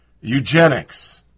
Eugenics